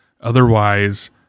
Otherwise